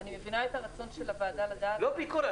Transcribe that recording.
אני מבינה את הרצון של הוועדה לדעת --- לא ביקורת.